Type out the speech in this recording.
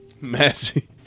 Messy